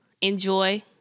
enjoy